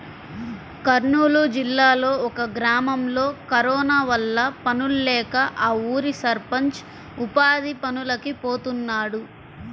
కర్నూలు జిల్లాలో ఒక గ్రామంలో కరోనా వల్ల పనుల్లేక ఆ ఊరి సర్పంచ్ ఉపాధి పనులకి పోతున్నాడు